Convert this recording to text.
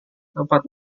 tepat